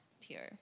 pure